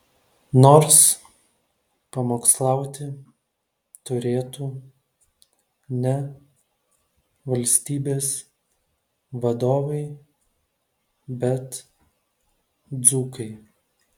nors pamokslauti turėtų ne valstybės vadovai bet dzūkai